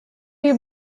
you